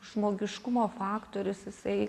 žmogiškumo faktorius jisai